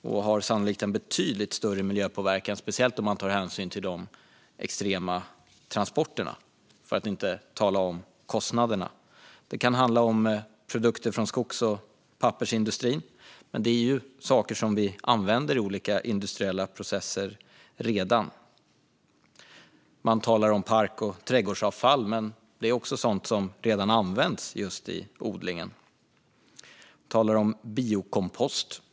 Det har sannolikt betydligt större miljöpåverkan, speciellt om man tar hänsyn till de extremt långa transporterna, för att inte tala om kostnaderna för dem. Det kan handla om produkter från skogs och pappersindustrin. Men det är saker som vi redan använder i olika industriella processer. Man talar också om park och trädgårdsavfall. Men det är också sådant som redan används i just odlingen. Och man talar om biokompost.